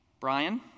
Brian